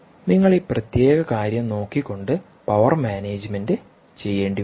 നിങ്ങൾ ഈ പ്രത്യേക കാര്യം നോക്കി കൊണ്ട് പവർ മാനേജുമെന്റ് ചെയ്യേണ്ടിവരും